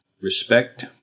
Respect